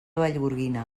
vallgorguina